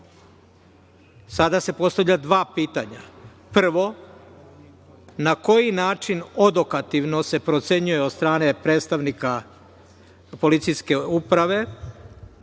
se postavljaju dva pitanja. Prvo, na koji način odokativno se procenjuje od strane predstavnika policijske uprave